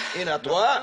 הנה, את רואה?